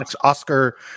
Oscar